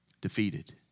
defeated